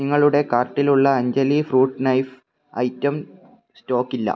നിങ്ങളുടെ കാർട്ടിലുള്ള Anjali fruit knife item stock ഇല്ല